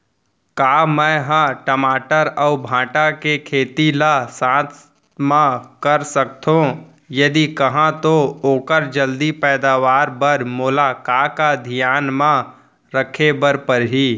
का मै ह टमाटर अऊ भांटा के खेती ला साथ मा कर सकथो, यदि कहाँ तो ओखर जलदी पैदावार बर मोला का का धियान मा रखे बर परही?